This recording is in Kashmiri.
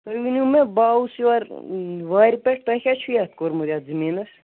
تُہۍ ؤنِو مےٚ بہٕ آوُس یوٚر وارِ پیٹھ تۄہہِ کیاہ چھو یتھ کوٚرمُت یتھ زٔمیٖنس